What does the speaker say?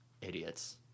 idiots